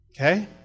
Okay